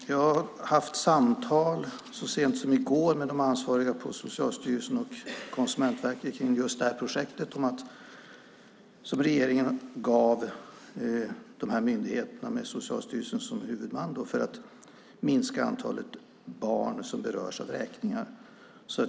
Jag talade så sent som i går med de ansvariga på Socialstyrelsen och Konsumentverket om just det projekt som regeringen gett dessa myndigheter, med Socialstyrelsen som huvudman, i syfte att minska antalet barn som berörs av vräkningar.